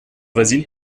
voisines